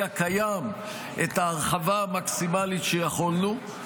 הקיים את ההרחבה המקסימלית שיכולנו.